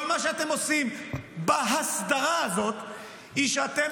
כל מה שאתם עושים בהסדרה הזאת הוא שאתם